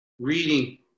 reading